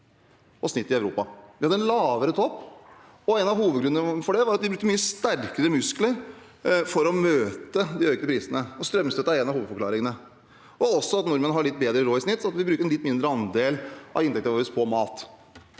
og snittet i Europa. Vi hadde en lavere topp, og en av hovedgrunnene til det var at vi brukte mye sterkere muskler for å møte de økte prisene. Strømstøtte er en av hovedforklaringene – og også at nordmenn har litt bedre råd i snitt, at vi bruker en litt mindre andel av inntekten vår på mat.